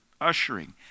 ushering